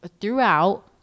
throughout